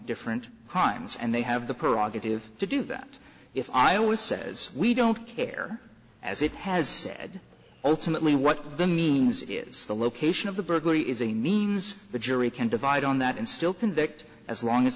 different crimes and they have the prerogative to do that if i always says we don't care as it has said ultimately what that means is the location of the burglary is a names the jury can divide on that and still convict as long as